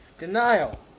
Denial